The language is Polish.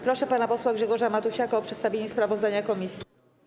Proszę pana posła Grzegorza Matusiaka o przedstawienie sprawozdania komisji.